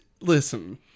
listen